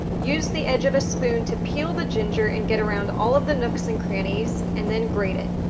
use the edge of a spoon to peel the ginger and get around all of the nooks and crannies, and then grate it.